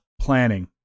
planning